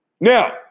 Now